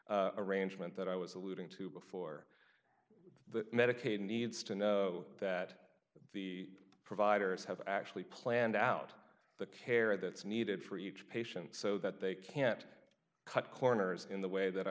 fee arrangement that i was alluding to before that medicaid needs to know that the providers have actually planned out the care that's needed for each patient so that they can't cut corners in the way that i